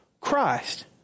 Christ